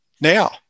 now